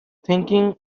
thinking